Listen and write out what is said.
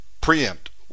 preempt